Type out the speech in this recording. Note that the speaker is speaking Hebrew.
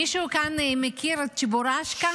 מישהו כאן מכיר את צ'יבורשקה?